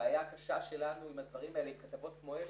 הבעיה הקשה שלנו עם כתבות כמו אלה,